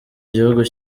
gihugu